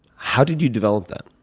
how did you develop that?